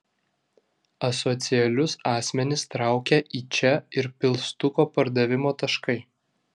asocialius asmenis traukia į čia ir pilstuko pardavimo taškai